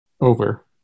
over